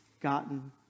gotten